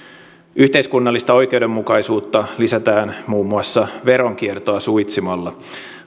yhteiskunnallista oikeudenmukaisuutta lisätään muun muassa veronkiertoa suitsimalla